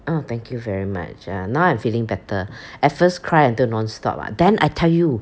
oh thank you very much uh now I'm feeling better at first cry until nonstop ah then I tell you